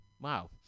Wow